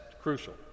crucial